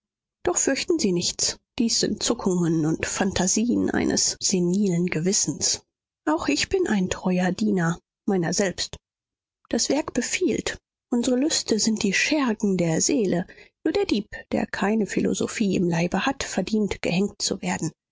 doch fürchten sie nichts dies sind zuckungen und phantasien eines senilen gewissens auch ich bin ein treuer diener meiner selbst das werk befiehlt unsre lüste sind die schergen der seele nur der dieb der keine philosophie im leibe hat verdient gehängt zu werden